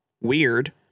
weird